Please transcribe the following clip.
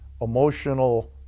emotional